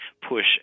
push